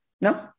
No